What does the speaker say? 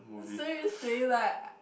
so you say that